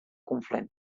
conflent